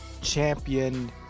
champion